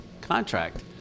contract